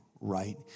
right